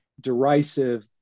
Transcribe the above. derisive